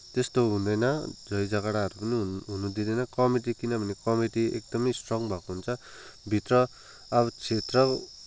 त्यस्तो हुँदैन झै झगडाहरू पनि हुन दिँदैन कमिटी किनभने कमिटी एकदमै स्ट्रङ भएको हुन्छ भित्र अब क्षेत्र